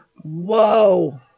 Whoa